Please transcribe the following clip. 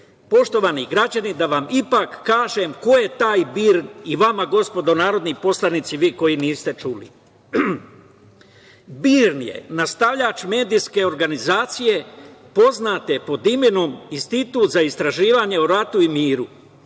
poštovani građani da vam ipak kažem ko je taj BIRN i vama gospodo narodni poslanici, vi koji niste čuli. BIRN je nastavljač medijske organizacije poznate pod imenom Institut za istraživanje o ratu i miru.